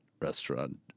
restaurant